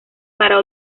para